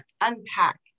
unpack